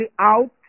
out